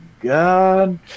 God